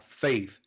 faith